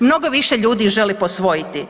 Mnogo više ljudi želi posvojiti.